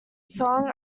song